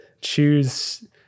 choose